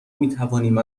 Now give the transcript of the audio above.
میتوانیم